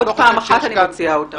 עוד פעם אחת, אני מוציאה אותך.